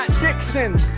Dixon